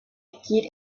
kid